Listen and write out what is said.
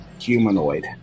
humanoid